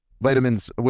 Vitamins